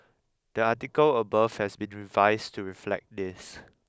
the article above has been revised to reflect this